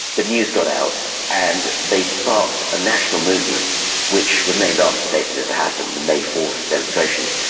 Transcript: the news got out and they sparked a national movement which was named after the day that it had happened, may fourth demonstrations,